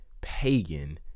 pagan